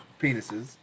penises